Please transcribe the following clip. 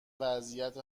وضعیت